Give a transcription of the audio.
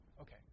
Okay